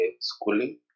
schooling